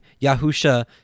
Yahusha